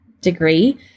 degree